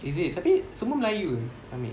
is it tapi semua melayu ke ambil